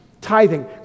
Tithing